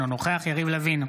אינו נוכח יריב לוין,